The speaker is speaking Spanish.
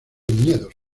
viñedos